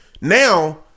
Now